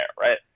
right